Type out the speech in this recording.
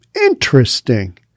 Interesting